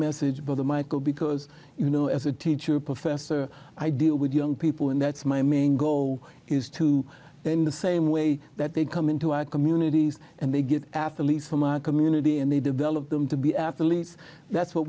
message to the michel because you know as a teacher professor i deal with young people and that's my main goal is to in the same way that they come into our communities and they get after lease from our community and they develop them to be athletes that's what